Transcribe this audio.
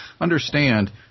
Understand